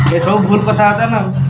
ଭୁଲ୍ କଥା ବାର୍ତ୍ତା ନା ଆଉ